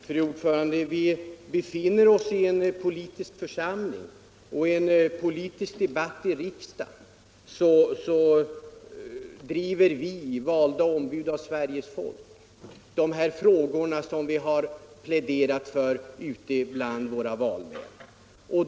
Fru talman! Vi befinner oss i en politisk församling och i en politisk debatt i riksdagen driver vi, valda ombud för Sveriges folk, de här frågorna som vi har pläderat för ute bland våra valmän.